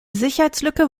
sicherheitslücke